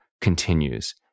continues